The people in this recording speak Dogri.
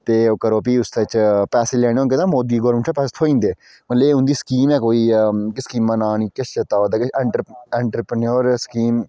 ते ओह् करो फ्ही उस्सै च पैसे लैने होन तां पैसे थ्होई जंदे मतलव उंदी स्कीम ऐ कोई स्कीमे नांऽ नी किश चेत्ता अवा दा किश एन्टरप्रनेओर स्कीम